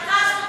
ההחלטה הזאת,